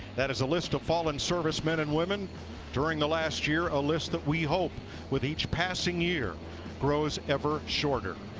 that is a list of fallen servicemen and women during the last year. a list of that we hope with each passing year grows ever shorter.